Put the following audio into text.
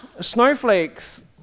snowflakes